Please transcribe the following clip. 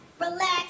relax